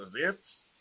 events